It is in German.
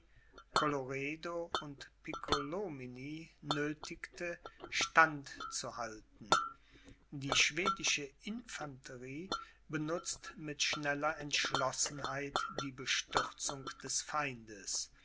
und piccolomini nöthigte stand zu halten die schwedische infanterie benutzt mit schneller entschlossenheit die bestürzung des feindes